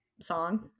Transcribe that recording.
song